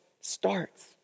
starts